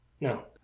no